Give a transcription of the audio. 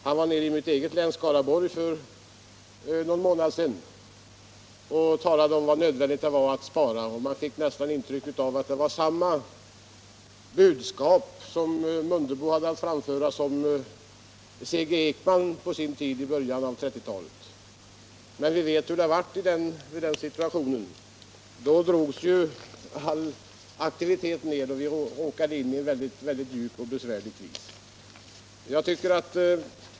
Han besökte mitt hemlän, Skaraborgs län, för någon månad sedan och talade om hur nödvändigt det var att spara, och man fick intrycket av att Ingemar Mundebo hade samma budskap som C.G. Ekman framförde i början av 1930-talet. Men vi vet hur det gick i den situationen: då drogs all aktivitet ned, och vi råkade in i en mycket djup och besvärlig kris.